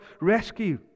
rescue